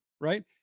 right